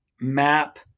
map